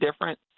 different